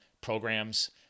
programs